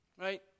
Right